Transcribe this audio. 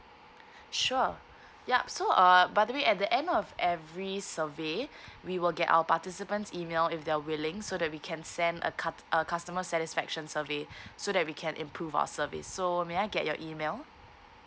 sure yup so uh by the way at the end of every survey we will get our participants' email if they are willing so that we can send a card a customer satisfaction survey so that we can improve our service so may I get your email